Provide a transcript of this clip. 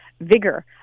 vigor